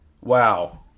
Wow